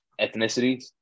ethnicities